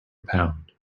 pound